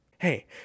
Hey